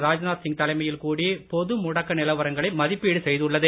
ராஜ்நாத் சிங் தலைமையில் கூடி பொதுமுடக்க நிலவரங்களை மதிப்பீடு செய்துள்ளது